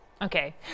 Okay